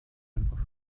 einfach